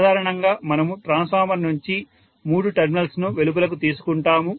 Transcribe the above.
సాధారణంగా మనము ట్రాన్స్ఫార్మర్ నుంచి మూడు టెర్మినల్స్ ను వెలుపలకు తీసుకుంటాము